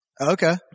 Okay